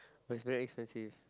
but is very expensive